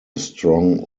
strong